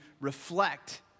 reflect